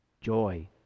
Joy